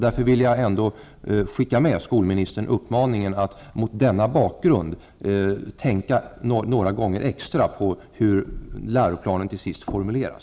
Därför vill jag skicka med skolministern uppmaningen att mot denna bakgrund tänka en gång extra på hur läro planen till sist skall formuleras.